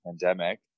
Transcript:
pandemic